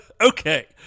Okay